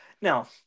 Now